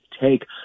take